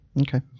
Okay